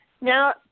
Now